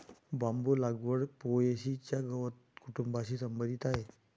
बांबू लागवड पो.ए.सी च्या गवत कुटुंबाशी संबंधित आहे